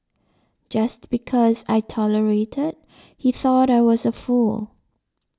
just because I tolerated he thought I was a fool